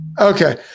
Okay